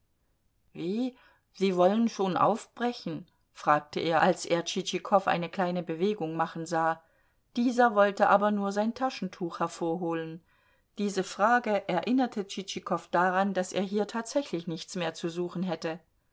wie sie wollen schon aufbrechen fragte er als er tschitschikow eine kleine bewegung machen sah dieser wollte aber nur sein taschentuch hervorholen diese frage erinnerte tschitschikow daran daß er hier tatsächlich nichts mehr zu suchen hätte